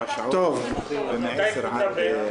מתי קבוצה ב'?